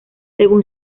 según